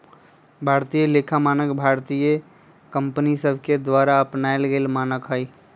भारतीय लेखा मानक भारतीय कंपनि सभके द्वारा अपनाएल गेल मानक हइ